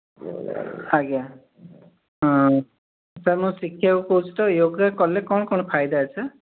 ଆଜ୍ଞା ହଁ ସାର୍ ମୁଁ ଶିଖିବାକୁ କହୁଛି ତ ୟୋଗା କଲେ କ'ଣ କ'ଣ ଫାଇଦା ଅଛି ସାର୍